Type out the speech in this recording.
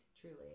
Truly